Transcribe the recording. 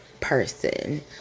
person